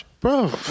Bro